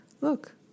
Look